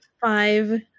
five